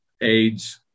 age